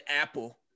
apple